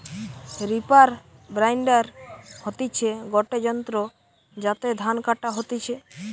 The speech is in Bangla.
রিপার বাইন্ডার হতিছে গটে যন্ত্র যাতে ধান কাটা হতিছে